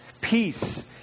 Peace